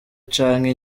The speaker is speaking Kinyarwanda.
canke